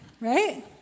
right